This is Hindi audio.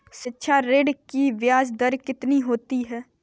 शिक्षा ऋण की ब्याज दर कितनी होती है?